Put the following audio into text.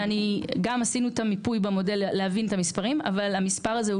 שגם עשינו את המיפוי במודל כדי להבין את המספרים אבל המספר הזה הוא